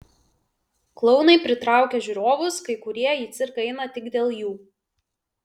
klounai pritraukia žiūrovus kai kurie į cirką eina tik dėl jų